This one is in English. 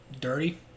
dirty